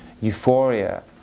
euphoria